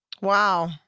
Wow